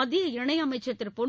மத்திய இணையமைச்சர் பொன்